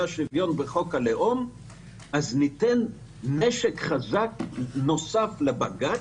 "שוויון" בחוק הלאום אנחנו ניתן נשק נוסף לבג"ץ,